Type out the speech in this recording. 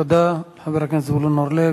תודה לחבר הכנסת זבולון אורלב.